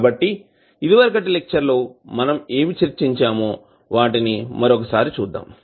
కాబట్టి ఇదివరకటి లెక్చర్ లో మనం ఏమి చర్చించామో వాటిని మరోకసారి చూద్దాం